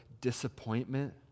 disappointment